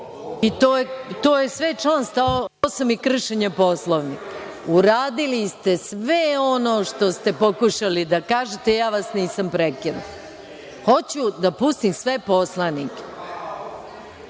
I to je sve član 108. i kršenje Poslovnika? Uradili ste sve ono što ste pokušali da kažete, a ja vas nisam prekinula. Hoću da pustim sve poslanike. Ovako,